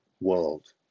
world